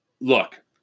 Look